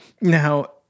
Now